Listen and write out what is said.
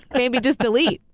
maybe just delete.